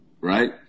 right